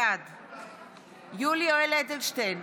בעד יולי יואל אדלשטיין,